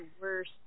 worse